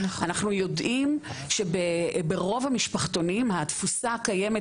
אנחנו יודעים שברוב המשפחתונים התפוסה הקיימת